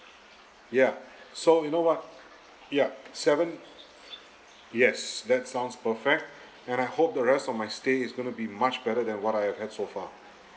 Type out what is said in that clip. ya so you know what ya seven yes that sounds perfect and I hope the rest of my stay is going to be much better than what I have had so far